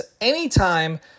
anytime